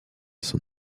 son